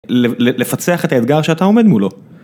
לפצח את האתגר שאתה עומד מולו.